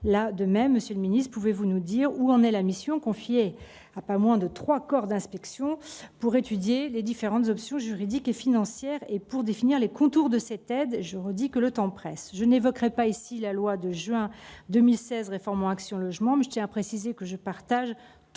Là encore, monsieur le secrétaire d'État, pouvez-vous nous dire où en est la mission confiée à pas moins de trois corps d'inspection pour étudier les différentes options juridiques et financières et pour définir les contours de cette aide ? Je le redis, le temps presse ! Je n'évoquerai pas ici la loi de juin 2016 réformant Action logement, sinon pour préciser que je partage toutes